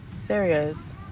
serious